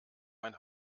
mein